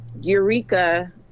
Eureka